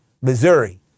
Missouri